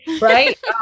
right